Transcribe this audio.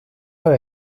los